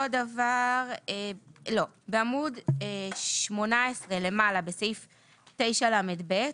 בעמוד 18 למעלה, בסעיף 9לט,